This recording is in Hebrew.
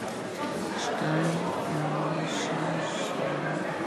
94 נגד.